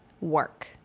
work